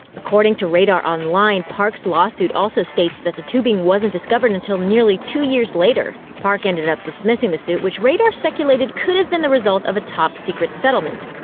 according to radar online, park's lawsuit also states that the tubing wasn't discovered until nearly two years later. park ended up dismissing the suit, which radar speculated could have been the result of a top secret settlement.